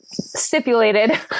Stipulated